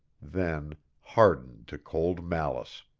then hardened to cold malice.